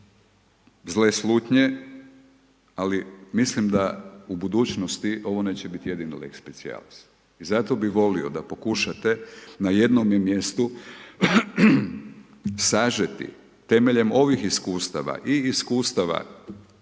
zle slutnje ali mislim da u budućnosti ovo neće biti jedini lex specialis. I zato bih volio da pokušate na jednome mjestu sažeti temeljem ovih iskustava i iskustava,